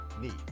need